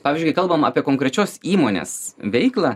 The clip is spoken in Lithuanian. pavyzdžiui kai kalbam apie konkrečios įmonės veiklą